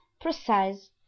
precise